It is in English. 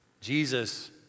Jesus